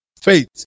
Faith